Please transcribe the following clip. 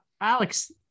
Alex